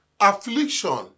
affliction